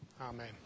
Amen